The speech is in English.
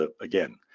again